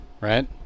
Right